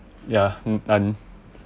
ya mm done